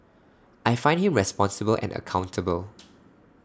I find him responsible and accountable